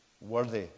worthy